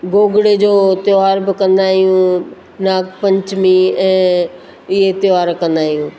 गोगिड़े जो त्योहार बि कंदा आहियूं नाग पंचमी ऐं इहे त्योहार कंदा आहियूं